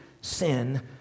sin